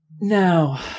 Now